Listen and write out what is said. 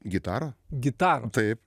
gitara gitaros taip